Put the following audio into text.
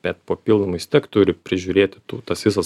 bet papildomai vis tiek turi prižiūrėti tų tas visas